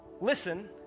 listen